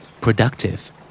Productive